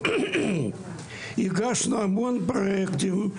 אנחנו הגשנו המון פרוייקטים,